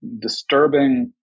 disturbing